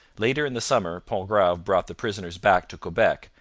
later in the summer pontgrave brought the prisoners back to quebec,